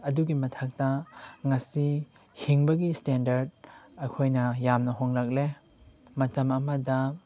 ꯑꯗꯨꯒꯤ ꯃꯊꯛꯇ ꯉꯁꯤ ꯍꯤꯡꯕꯒꯤ ꯁ꯭ꯇꯦꯟꯗꯔꯠ ꯑꯩꯈꯣꯏꯅ ꯌꯥꯝꯅ ꯍꯣꯡꯂꯛꯂꯦ ꯃꯇꯝ ꯑꯃꯗ